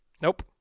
Nope